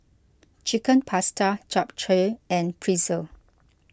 Chicken Pasta Japchae and Pretzel